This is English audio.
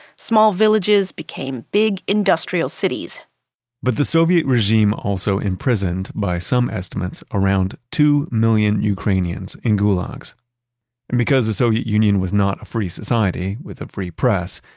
small villages became big industrial cities but the soviet regime also imprisoned by some estimates around two million ukrainians in gulags and because the so union was not a free society with a free press,